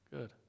Good